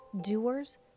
doers